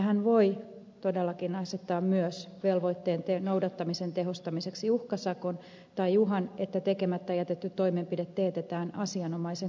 hän voi todellakin asettaa myös velvoitteen noudattamisen tehostamiseksi uhkasakon tai uhan että tekemättä jätetty toimenpide teetetään asianomaisen kustannuksella